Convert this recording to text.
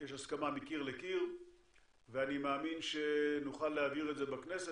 יש הסכמה מקיר לקיר ואני מאמין שנוכל להעביר את זה בכנסת.